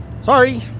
Sorry